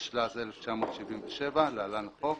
התשל"ז 1977 (להלן החוק),